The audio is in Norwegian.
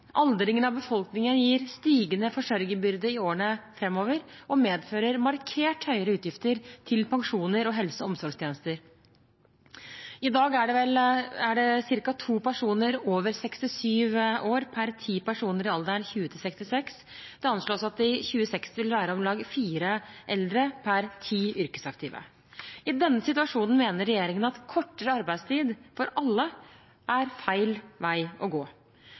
Aldringen av befolkningen gir stigende forsørgerbyrde i årene framover og medfører markert høyere utgifter til pensjoner og helse- og omsorgstjenester. I dag er det ca. to personer over 67 år per ti personer i alderen 20–66 år. Det anslås at det i 2060 vil være om lag fire eldre per ti yrkesaktive. I denne situasjonen mener regjeringen at kortere arbeidstid for alle er feil vei å gå.